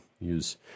use